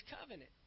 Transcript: covenant